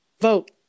vote